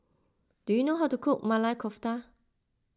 do you know how to cook Maili Kofta